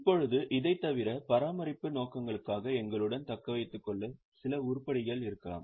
இப்போது இதைத் தவிர பராமரிப்பு நோக்கங்களுக்காக நம்முடன் தக்கவைத்துக்கொள்ள சில உருப்படிகள் இருக்கலாம்